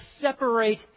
separate